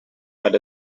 had